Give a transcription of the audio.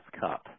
Cup